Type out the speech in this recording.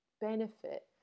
benefit